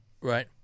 right